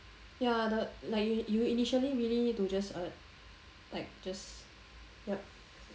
ya the like you you initially really need to just like like just yup